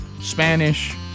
Spanish